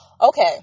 okay